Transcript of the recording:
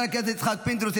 גבי אשכנזי?